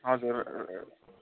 हजुर